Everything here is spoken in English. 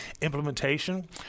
implementation